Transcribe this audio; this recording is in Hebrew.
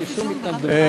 אין לי שום התנגדות.